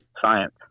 science